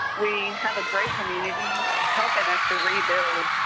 we have a great community helping us to rebuild.